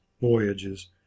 voyages